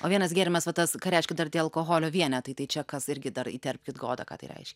o vienas gėrimas va tas ką reiškia dar tie alkoholio vienetai tai čia kas irgi dar įterpkit goda ką tai reiškia